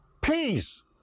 peace